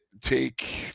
take